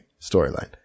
storyline